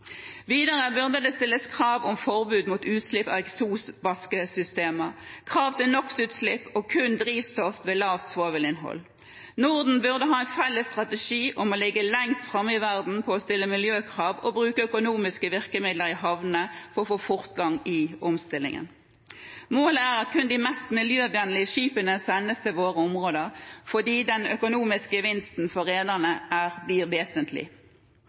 Videre burde det stilles krav om forbud mot utslipp av eksosvaskesystemer, krav til NO x -utslipp og kun drivstoff med lavt svovelinnhold. Norden burde ha en felles strategi om å ligge lengst framme i verden når det gjelder å stille miljøkrav og bruke økonomiske virkemidler i havnene for å få fortgang i omstillingen. Målet er at kun de mest miljøvennlige skipene sendes til våre områder – fordi den økonomiske gevinsten for rederiene blir vesentlig.